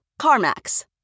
CarMax